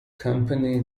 company